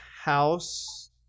house